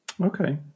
Okay